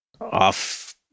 off